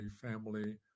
family